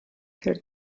her